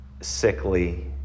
sickly